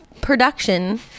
production